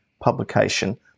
publication